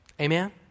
Amen